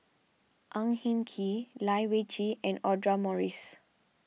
Ang Hin Kee Lai Weijie and Audra Morrice